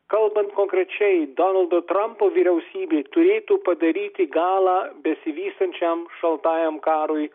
kalbant konkrečiai donaldo trampo vyriausybė turėtų padaryti galą besivystančiam šaltajam karui